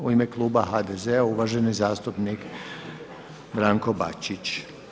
U ime kluba HDZ-a uvaženi zastupnik Branko Bačić.